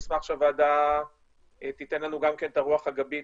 אשמח שהוועדה תיתן לנו גם כן את הרוח הגבית